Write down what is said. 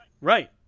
right